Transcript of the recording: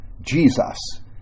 Jesus